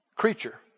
creature